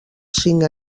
cinc